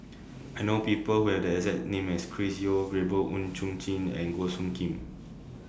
I know People Who Have The exact name as Chris Yeo Gabriel Oon Chong Jin and Goh Soo Khim